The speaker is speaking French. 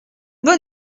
bon